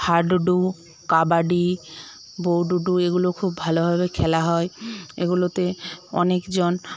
হাডুডু কাবাডি বৌডুডু এগুলো খুব ভালোভাবে খেলা হয় এগুলোতে অনেকজন